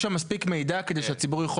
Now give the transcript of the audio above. יש שם מספיק מידע כדי שהציבור יכול